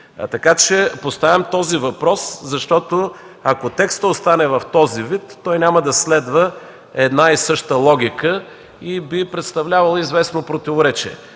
група? Поставям този въпрос, защото, ако текстът остане в този вид, той няма да следва една и съща логика и би представлявал известно противоречие.